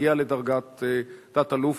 הגיע לדרגת תת-אלוף,